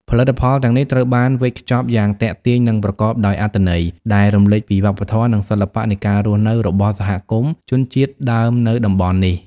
ផលិតផលទាំងនេះត្រូវបានវេចខ្ចប់យ៉ាងទាក់ទាញ និងប្រកបដោយអត្ថន័យ ដែលរំលេចពីវប្បធម៌ និងសិល្បៈនៃការរស់នៅរបស់សហគមន៍ជនជាតិដើមនៅតំបន់នេះ។